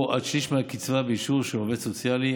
או עד שליש מהקצבה באישור של עובד סוציאלי.